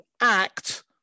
act